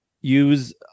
use